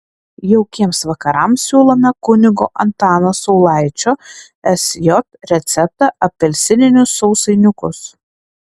jaukiems vakarams siūlome kunigo antano saulaičio sj receptą apelsininius sausainiukus